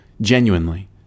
genuinely